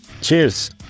Cheers